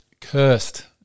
cursed